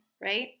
right